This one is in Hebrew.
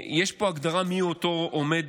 יש פה הגדרה מיהו אותו עומד,